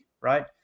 right